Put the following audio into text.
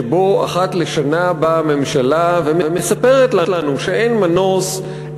שבו אחת לשנה באה הממשלה ומספרת לנו שאין מנוס,